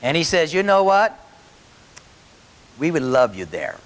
and he says you know what we would love you there